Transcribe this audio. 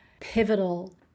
pivotal